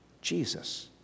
Jesus